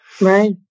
Right